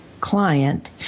client